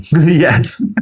Yes